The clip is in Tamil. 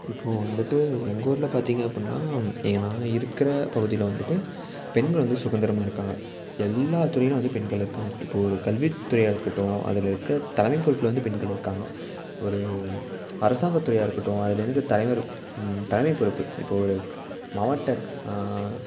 இப்போது வந்துட்டு எங்கள் ஊரில் பார்த்திங்க அப்புடினா எங்கள் நாங்கள் இருக்கிற பகுதியில் வந்துட்டு பெண்கள் வந்து சுதந்திரமா இருக்காங்க எல்லா துறையிலேயும் வந்து பெண்கள் இருக்காங்க இப்போ ஒரு கல்வித்துறையாக இருக்கட்டும் அதில் இருக்க தலைமை பொறுப்பில் வந்து பெண்கள் இருக்காங்க ஒரு அரசாங்க துறையாக இருக்கட்டும் அதில் இருக்க தலைவர் தலைமை பொறுப்பு இப்போது ஒரு மாவட்ட